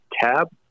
tab